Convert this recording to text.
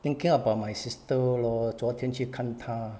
thinking about my sister lor 昨天去看她